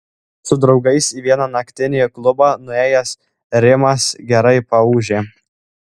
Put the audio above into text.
su draugais į vieną naktinį klubą nuėjęs rimas gerai paūžė